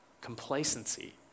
complacency